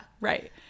Right